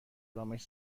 ارامش